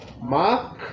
Mark